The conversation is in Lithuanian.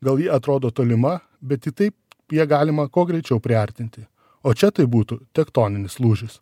gal ji atrodo tolima bet tik taip ją galima kuo greičiau priartinti o čia tai būtų tektoninis lūžis